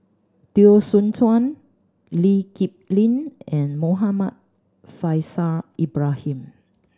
Teo Soon Chuan Lee Kip Lin and Muhammad Faishal Ibrahim